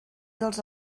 dels